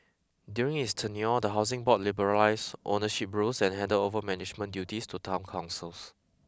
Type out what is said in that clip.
during his tenure the Housing Board liberalised ownership rules and handed over management duties to town councils